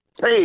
Hey